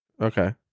Okay